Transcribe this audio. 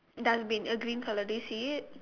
dustbin a green colour do you see it